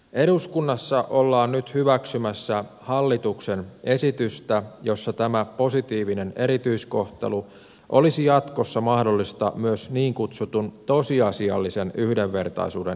eduskunnassa ollaan nyt hyväksymässä hallituksen esitystä jossa tämä positiivinen erityiskohtelu olisi jatkossa mahdollista myös niin kutsutun tosiasiallisen yhdenvertaisuuden edistämiseksi